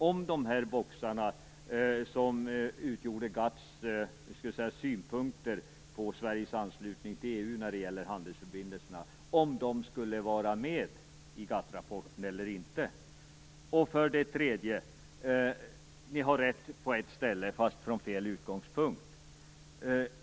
Frågan var om boxarna, som utgjorde GATT:s synpunkter på Sveriges anslutning till EU när det gäller handelsförbindelserna, skulle vara med i GATT-rapporten eller inte. För det tredje har ni rätt på ett ställe, men från fel utgångspunkt.